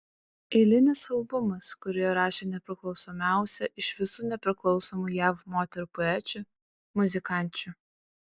eilinis albumas kurį įrašė nepriklausomiausia iš visų nepriklausomų jav moterų poečių muzikančių